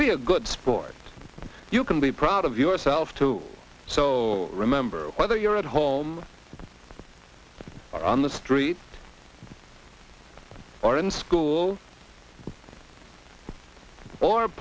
be a good sport you can be proud of yourself to so remember whether you're at home or on the street or in school or